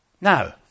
Now